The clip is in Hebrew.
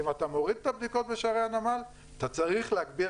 אם אתה מוריד את הבדיקות בשערי הנמל אתה צריך להגביר